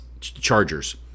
Chargers